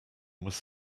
was